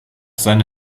seine